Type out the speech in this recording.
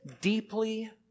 deeply